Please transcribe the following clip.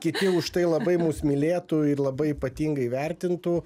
kiti už tai labai mus mylėtų ir labai ypatingai vertintų